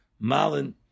Malin